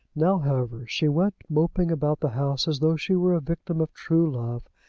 now, however, she went moping about the house as though she were a victim of true love,